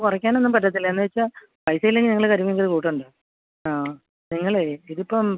കുറക്കാനൊന്നും പറ്റത്തില്ല എന്ന് വച്ചാൽ പൈസ ഇല്ലെങ്കിൽ നിങ്ങൾ കരിമീൻ കറി കൂട്ടേണ്ട ആ നിങ്ങളേ ഇതിപ്പം